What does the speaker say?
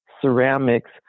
Ceramics